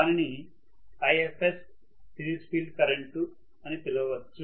దానిని Ifs series field current అనిపిలవచ్చు